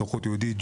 סוכנות יהודית,